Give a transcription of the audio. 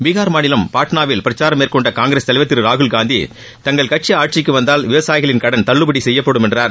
பீகார் மாநிலம் பாட்னாவில் பிரச்சாரம் மேற்கொண்ட காங்கிரஸ் தலைவர் திரு ராகுல் காந்தி தங்கள் கட்சி ஆட்சிக்கு வந்தால் விவசாயிகளின் கடன் தள்ளுபடி செய்யப்படும் என்றார்